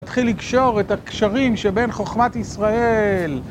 תתחיל לקשור את הקשרים שבין חוכמת ישראל.